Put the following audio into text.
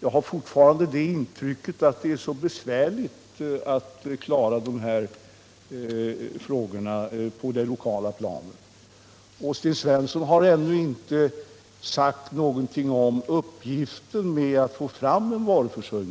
jag har fortfarande intrycket att det är besvärligt att klara dessa frågor på det lokala planet. Sten Svensson har i det sammanhanget ännu inte sagt någonting om vilken uppgift en varuförsörjningsplan skulle fylla.